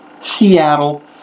Seattle